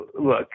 Look